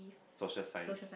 social science